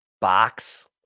box